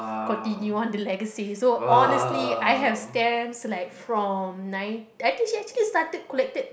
continue on the legacy so honestly I have stamps like from nine I think she actually started collected